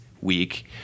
Week